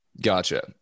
Gotcha